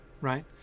right